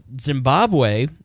Zimbabwe